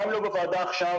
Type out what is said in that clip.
גם אם לא בוועדה עכשיו,